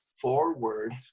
forward